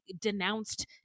denounced